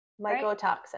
Mycotoxins